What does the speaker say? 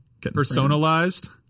Personalized